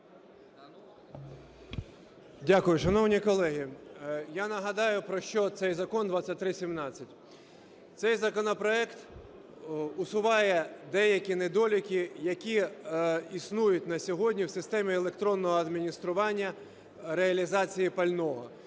Дякую. Шановні колеги, я нагадаю, про що цей закон – 2317. Цей законопроект усуває деякі недоліки, які існують на сьогодні в системі електронного адміністрування реалізації пального.